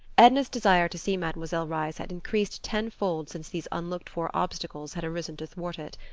edna's desire to see mademoiselle reisz had increased tenfold since these unlooked-for obstacles had arisen to thwart it.